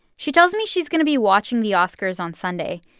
she tells me she's going to be watching the oscars on sunday.